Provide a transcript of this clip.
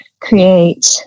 create